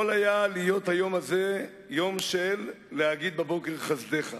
יכול היה היום הזה להיות יום של "להגיד בבוקר חסדך":